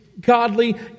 godly